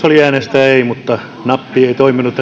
oli äänestää ei mutta nappi ei toiminut